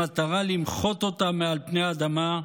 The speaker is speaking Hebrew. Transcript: במטרה למחות אותה מעל פני האדמה,